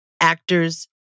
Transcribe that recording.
actors